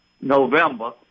November